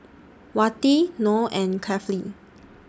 Wati Noh and Kefli